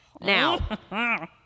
Now